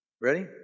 Ready